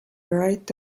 right